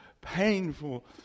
painful